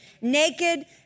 Naked